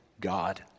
God